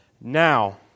Now